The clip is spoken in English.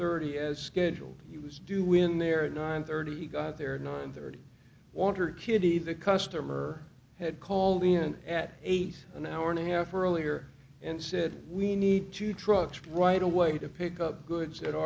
thirty as scheduled he was due when there at nine thirty he got there at nine thirty on her kiddy the customer had called in at eight an hour and a half earlier and said we need two trucks right away to pick up goods